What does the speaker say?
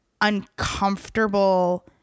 uncomfortable